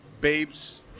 babes